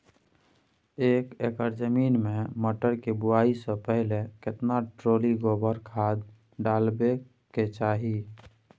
एक एकर जमीन में मटर के बुआई स पहिले केतना ट्रॉली गोबर खाद डालबै के चाही?